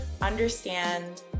understand